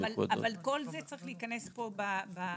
נכון, אבל כל זה צריך להיכנס פה בתקנות.